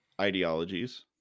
ideologies